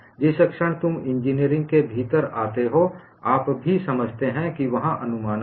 जिस क्षण तुम इंजीनियरिंग के भीतर आते हो आप भी समझते हैं कि वहाँ अनुमानन हैं